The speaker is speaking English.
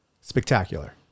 Spectacular